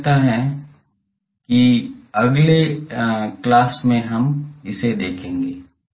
मुझे लगता है कि अगले में हम इसे देखेंगे